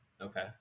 Okay